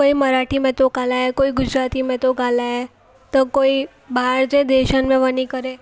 कोई मराठी में थो ॻाल्हाए कोई गुजराती में थो ॻाल्हाए त कोई ॿाहिरि जे देशनि में वञी करे